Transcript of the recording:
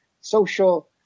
social